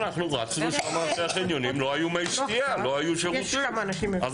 ראינו שלא היו בחניונים מי שתייה ולא היו שירותים וזה תקלה.